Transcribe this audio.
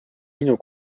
minu